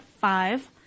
five